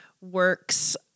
works